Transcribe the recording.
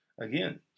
again